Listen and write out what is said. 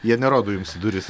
jie nerodo jums į duris